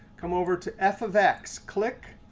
come over to f of x. click,